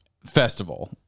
festival